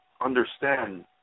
understand